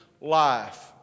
life